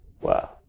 Wow